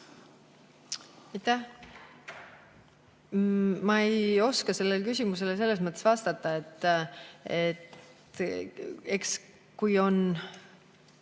Ma ei oska sellele küsimusele selles mõttes vastata, et eks kui on